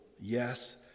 yes